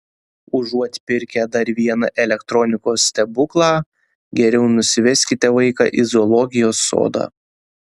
užuot pirkę dar vieną elektronikos stebuklą geriau nusiveskite vaiką į zoologijos sodą